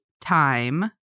time